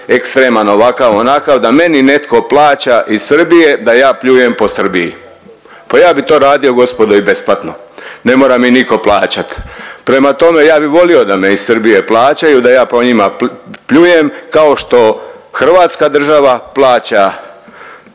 ekstreman ovakav, onakav da meni netko plaća iz Srbije da ja pljujem po Srbiji. Pa ja bi to radio gospodo i besplatno, ne mora mi nitko plaćat. Prema tome, ja bi volio da me iz Srbije plaćaju da ja po njima pljujem kao što hrvatska država plaća